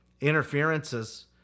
interferences